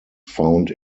found